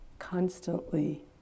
constantly